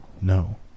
No